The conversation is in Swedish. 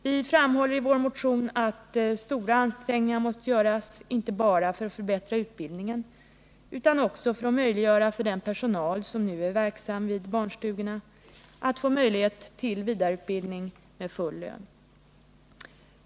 Vi framhåller i vår motion att stora ansträngningar måste göras inte bara för att förbättra utbildningen utan också för att möjliggöra för den personal som nu är verksam vid barnstugorna att få möjlighet till vidareutbildning med full lön.